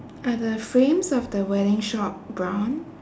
are the frames of the wedding shop brown